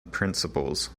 principles